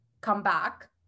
comeback